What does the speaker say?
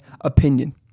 opinion